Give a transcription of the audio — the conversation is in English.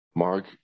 Mark